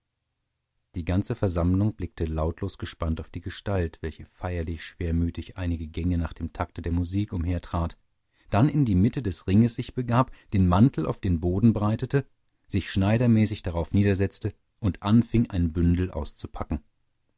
die ganze versammlung blickte lautlos gespannt auf die gestalt welche feierlich schwermütig einige gänge nach dem takte der musik umhertrat dann in die mitte des ringes sich begab den mantel auf den boden breitete sich schneidermäßig darauf niedersetzte und anfing ein bündel auszupacken